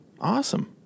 Awesome